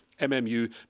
mmu